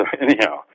anyhow